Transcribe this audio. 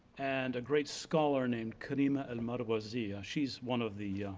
and a great scholar named karima al-marwaziyya, she's one of the